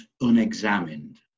unexamined